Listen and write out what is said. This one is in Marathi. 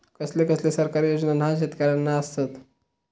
कसले कसले सरकारी योजना न्हान शेतकऱ्यांना आसत?